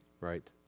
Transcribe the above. right